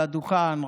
על הדוכן,